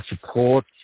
support